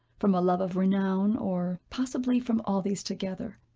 from a love of renown, or possibly from all these together,